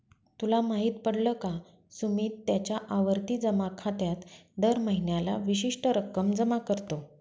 तुला माहित पडल का? सुमित त्याच्या आवर्ती जमा खात्यात दर महीन्याला विशिष्ट रक्कम जमा करतो